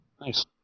Nice